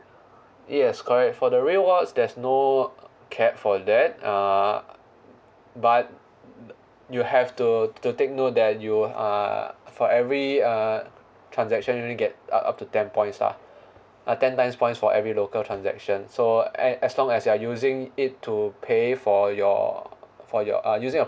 yes correct for the rewards there's no cap for that uh but you have to to take note that you uh for every uh transaction you only get a up to ten points lah ah ten times points for every local transaction so err as long as you are using it to pay for your for your uh using a